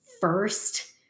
first